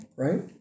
Right